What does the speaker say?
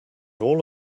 all